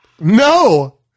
no